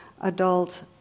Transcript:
adult